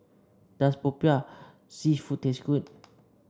does popiah seafood taste good